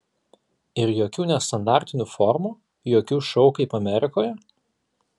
ir jokių nestandartinių formų jokių šou kaip amerikoje